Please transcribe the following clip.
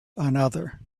another